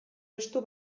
estu